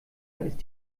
ist